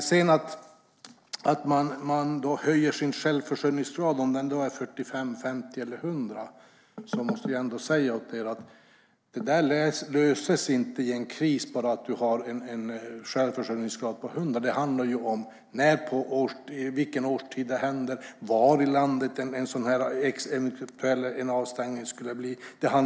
Även om självförsörjningsgraden är 100 procent handlar det om vilken årstid en kris inträffar och var i landet som en eventuell avställning skulle bli aktuell.